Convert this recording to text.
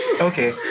Okay